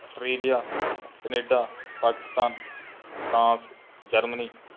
Australia Canada Pakistan France Germany